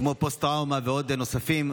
כמו פוסט טראומה ונוספים,